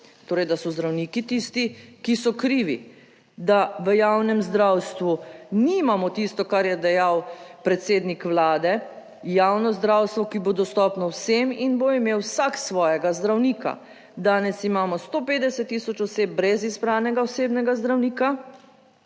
torej, da so zdravniki tisti, ki so krivi, da v javnem zdravstvu nimamo tisto, kar je dejal predsednik Vlade javno zdravstvo, ki bo dostopno vsem in bo imel vsak svojega zdravnika. Danes imamo 150000 oseb brez izbranega osebnega zdravnika